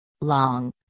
long